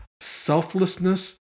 selflessness